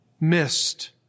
Missed